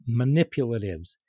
manipulatives